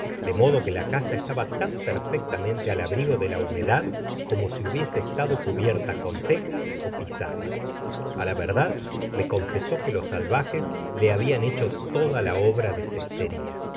de modo que la casa estaba tan perfectamente al abrigo de la humedad como si hubiese estado cubierta con tejas ó pizarras a la verdad me confesó que los salvajes le habian hecho toda ja ora de cesteria